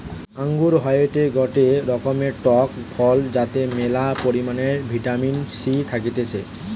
আঙ্গুর হয়টে গটে রকমের টক ফল যাতে ম্যালা পরিমাণে ভিটামিন সি থাকতিছে